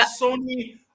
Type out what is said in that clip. Sony